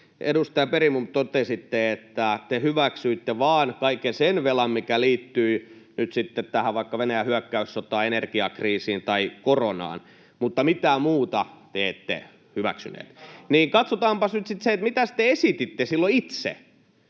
edustaja Bergbom, totesitte, että te hyväksyitte vain kaiken sen velan, mikä liittyi nyt sitten vaikka tähän Venäjän hyökkäyssotaan, energiakriisiin tai koronaan, mutta mitään muuta te ette hyväksyneet, [Miko Bergbom: En sanonut!] niin katsotaanpa nyt sitten, mitä te esititte silloin itse,